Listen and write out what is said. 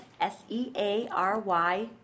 S-E-A-R-Y